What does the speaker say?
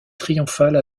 triomphale